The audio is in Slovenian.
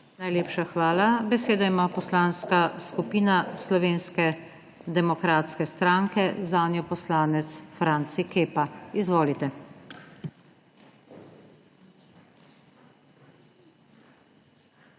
Najlepša hvala. Besedo ima Poslanska skupina Slovenske demokratske stranke, zanjo poslanec Franci Kepa. Izvolite.